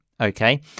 okay